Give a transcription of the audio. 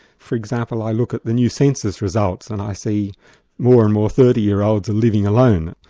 for example, i look at the new census results and i see more and more thirty year olds living alone.